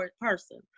person